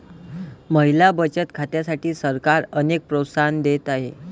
महिला बचत खात्यांसाठी सरकार अनेक प्रोत्साहन देत आहे